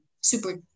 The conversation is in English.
super